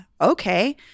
okay